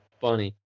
funny